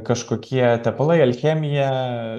kažkokie tepalai alchemija